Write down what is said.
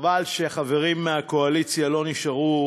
חבל שחברים מהקואליציה לא נשארו,